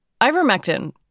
Ivermectin